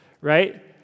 right